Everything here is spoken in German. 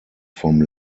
vom